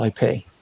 ip